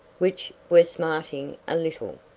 which were smarting a little,